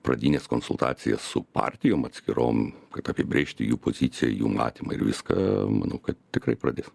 pradines konsultacijas su partijom atskirom kad apibrėžti jų poziciją jų matymą ir viską manau kad tikrai pradėjom